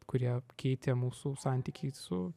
kurie keitė mūsų santykį su